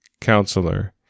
Counselor